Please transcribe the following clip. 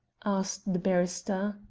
asked the barrister.